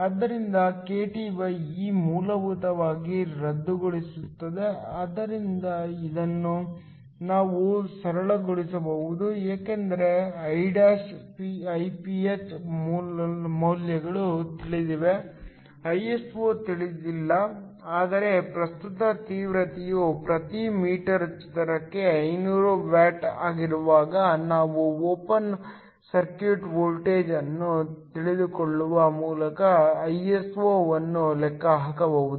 ಆದ್ದರಿಂದ kTe ಮೂಲಭೂತವಾಗಿ ರದ್ದುಗೊಳಿಸುತ್ತದೆ ಇದನ್ನು ನಾವು ಸರಳಗೊಳಿಸಬಹುದು ಏಕೆಂದರೆ I Iph ಮೌಲ್ಯಗಳು ತಿಳಿದಿವೆ Iso ತಿಳಿದಿಲ್ಲ ಆದರೆ ಪ್ರಸ್ತುತ ತೀವ್ರತೆಯು ಪ್ರತಿ ಮೀಟರ್ ಚದರಕ್ಕೆ 500 ವ್ಯಾಟ್ ಆಗಿರುವಾಗ ನಾವು ಓಪನ್ ಸರ್ಕ್ಯೂಟ್ ವೋಲ್ಟೇಜ್ ಅನ್ನು ತಿಳಿದುಕೊಳ್ಳುವ ಮೂಲಕ Iso ವನ್ನು ಲೆಕ್ಕ ಹಾಕಬಹುದು